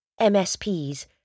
MSPs